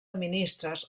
ministres